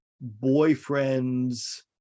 boyfriend's